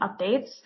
updates